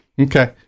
Okay